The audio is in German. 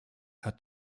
hat